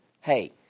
Hey